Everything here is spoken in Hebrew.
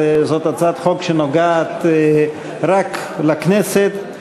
זאת הצעת חוק שנוגעת רק לכנסת.